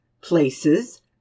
places